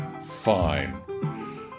Fine